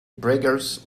braggers